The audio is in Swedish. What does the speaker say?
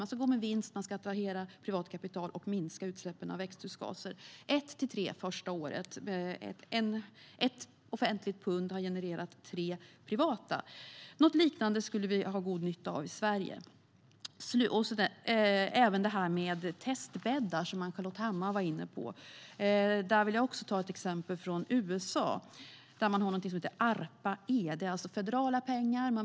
Man ska gå med vinst, attrahera privat kapital och minska utsläppen av växthusgaser. Ett till tre gäller första året; ett offentligt pund genererar tre privata. Något liknande skulle vi ha god nytta av i Sverige. Ann-Charlotte Hammar Johnsson nämnde testbäddar. Låt mig ta ett exempel från USA. Där har man något som heter Arpa-E. Det är federala pengar.